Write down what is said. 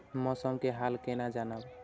मौसम के हाल केना जानब?